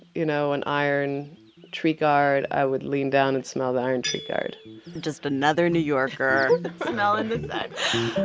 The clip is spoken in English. you know, an iron tree guard, i would lean down and smell the iron tree guard just another new yorker smelling the